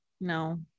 No